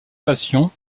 passion